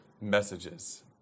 messages